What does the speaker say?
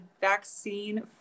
vaccine